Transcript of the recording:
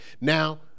Now